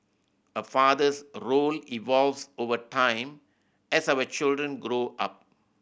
a father's role evolves over time as our children grow up